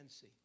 see